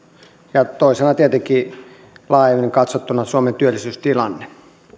ja toisena tietenkin laajemmin katsottuna suomen työllisyystilanne